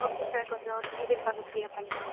okay sir கொஞ்சம் delivery கொஞ்சம் ஃப்ரீயாக பண்ணித்தாங்க சார்